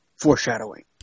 foreshadowing